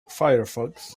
firefox